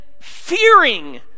fearing